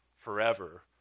forever